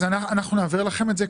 אז אנחנו נעביר לכם את זה,